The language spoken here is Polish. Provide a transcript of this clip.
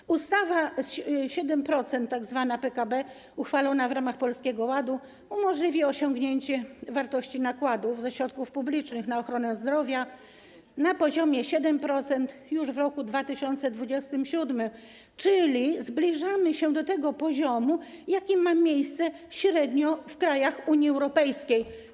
Tzw. ustawa 7% PKB uchwalona w ramach Polskiego Ładu umożliwi osiągnięcie wartości nakładów ze środków publicznych na ochronę zdrowia na poziomie 7% już w roku 2027, czyli zbliżamy się do tego poziomu, jaki ma miejsce średnio w krajach Unii Europejskiej.